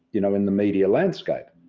you know, in the media landscape.